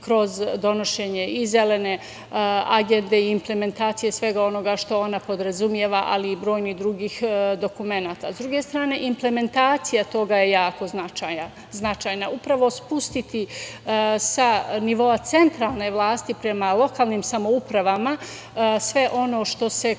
kroz donošenje i zelene agende i implementacije svega onoga što ona podrazumeva, ali i brojni drugih dokumenata.S druge strane, implementacija toga je jako značajna, upravo spustiti sa nivoa centralne vlasti prema lokalnim samoupravama sve ono što se kao